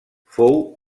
fou